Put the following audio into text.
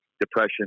depression